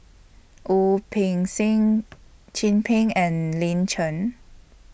Wu Peng Seng Chin Peng and Lin Chen